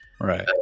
right